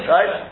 Right